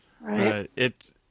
Right